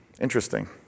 Interesting